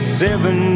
seven